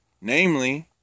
Namely